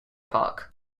park